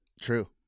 True